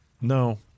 No